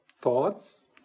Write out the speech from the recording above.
thoughts